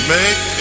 Make